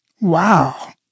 Wow